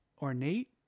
ornate